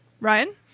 Ryan